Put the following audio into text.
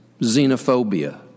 xenophobia